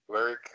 Larry